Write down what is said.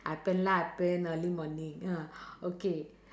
I blur lah I blur early morning ah okay